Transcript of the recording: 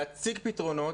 להציג פתרונות,